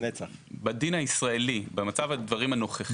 בדין הישראלי, במצב הדברים הנוכחי